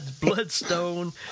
Bloodstone